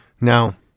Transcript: Now